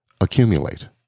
accumulate